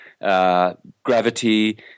gravity